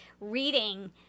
reading